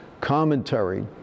commentary